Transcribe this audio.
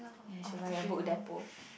ya should buy at book-depo